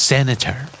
Senator